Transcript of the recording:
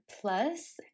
plus